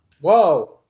Whoa